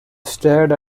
starred